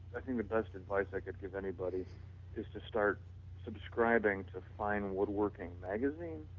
i think the best advice i could give anybody is to start subscribing to fine woodworking magazine,